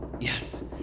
Yes